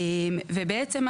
בעצם,